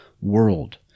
world